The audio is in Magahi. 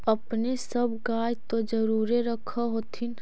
अपने सब गाय तो जरुरे रख होत्थिन?